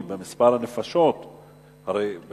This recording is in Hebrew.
במספר הנפשות צריך